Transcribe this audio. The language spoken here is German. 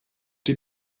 die